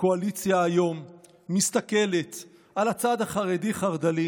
הקואליציה היום מסתכלת על הצד החרדי-חרד"לי